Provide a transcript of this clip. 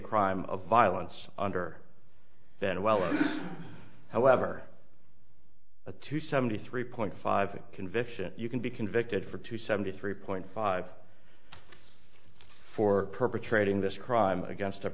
crime of violence under ben weller however a two seventy three point five conviction you can be convicted for two seventy three point five for perpetrating this crime against a